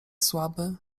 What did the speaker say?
słaby